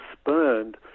spurned